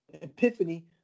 epiphany